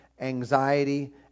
anxiety